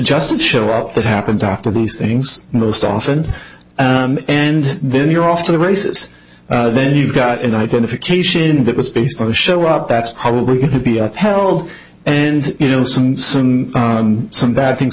just show up that happens after those things most often and then you're off to the races then you've got an identification that was based on a show up that's probably going to be upheld and you know some some some bad things